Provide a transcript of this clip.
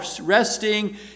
resting